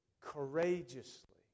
courageously